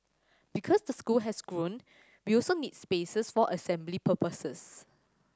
because the school has grown we also need spaces for assembly purposes